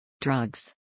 Drugs